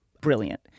brilliant